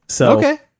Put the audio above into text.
Okay